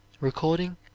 recording